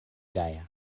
gaja